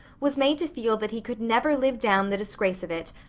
was made to feel that he could never live down the disgrace of it,